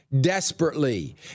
desperately